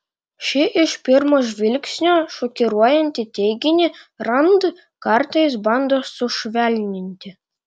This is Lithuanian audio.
šį iš pirmo žvilgsnio šokiruojantį teiginį rand kartais bando sušvelninti